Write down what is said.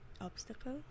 obstacle